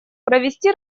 провести